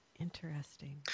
Interesting